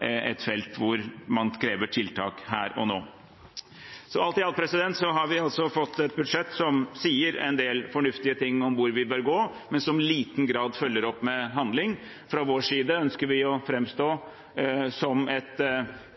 et felt hvor man krever tiltak her og nå. Alt i alt har vi fått et budsjett som sier en del fornuftig om hvor vi bør gå, men som i liten grad følger opp med handling. Fra vår side ønsker vi å framstå som et